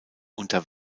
unter